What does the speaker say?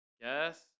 Yes